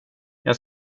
jag